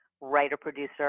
writer-producer